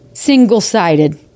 Single-sided